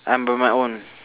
I'm by my own